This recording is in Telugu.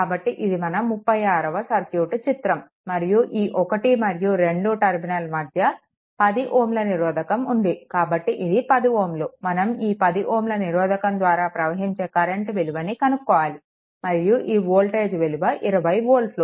కాబట్టి ఇది మన 36వ సర్క్యూట్ చిత్రం మరియు ఈ 1 మరియు 2 టర్మినల్ మధ్య 10 Ω నిరోధకం ఉంది కాబట్టి ఇది 10Ω మనం ఈ 10Ω నిరోధకం ద్వారా ప్రవహించే కరెంట్ విలువను కనుక్కోవాలి మరియు ఈ వోల్టేజ్ విలువ 20 వోల్ట్లు